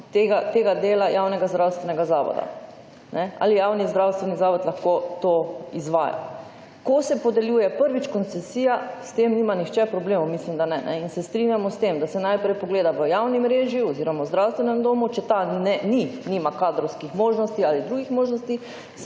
tega dela javnega zdravstvenega zavoda, ali javni zdravstveni zavod lahko to izvaja. Ko se podeljuje prvič koncesija, s tem nima nihče problemov, mislim, da ne. In se strinjamo s tem, da se najprej pogleda v javni mreži oziroma v zdravstvenem domu. Če ta nima kadrovskih možnosti ali drugih možnosti,